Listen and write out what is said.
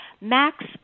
Max